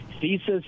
thesis